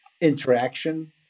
interaction